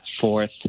fourth